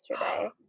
yesterday